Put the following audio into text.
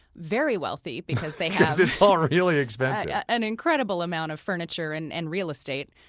very wealthy because they have, because it's all really expensive. yeah an incredible amount of furniture and and real estate.